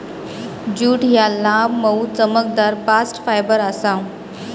jute ह्या लांब, मऊ, चमकदार बास्ट फायबर आसा